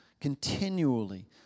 continually